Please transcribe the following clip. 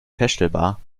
feststellbar